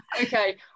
okay